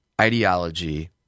ideology